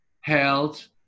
held